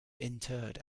interred